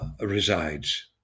resides